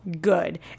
good